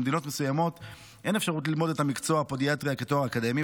במדינות מסוימות אין אפשרות ללמוד את מקצוע הפודיאטריה כתואר אקדמי,